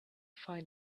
find